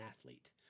athlete